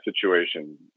situation